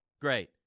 great